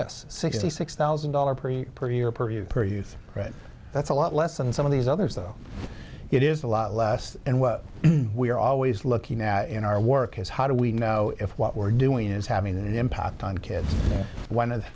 s sixty six thousand dollars per year per year per year per youth that's a lot less than some of these others though it is a lot less and what we're always looking at in our work is how do we know if what we're doing is having an impact on kids one of